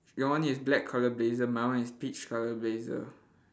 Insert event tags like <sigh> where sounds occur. <noise> your one is black colour blazer my one is peach colour blazer